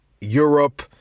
Europe